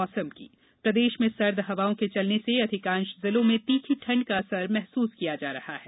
मौसम प्रदेश में सर्द हवाओं के चलने से अधिकांश जिलों में तीखी ठंड का असर महसूस किया जा रहा है